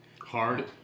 Hard